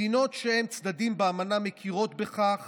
מדינות שהן צדדים לאמנה מכירות בכך